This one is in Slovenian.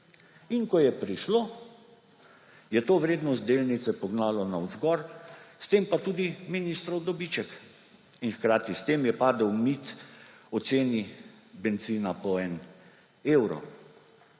In ko je prišlo, je to vrednost delnice pognalo navzgor, s tem pa tudi ministrov dobiček. Hkrati s tem je padel mit o ceni bencina po en evro.